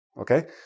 Okay